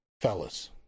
fellas